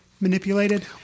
manipulated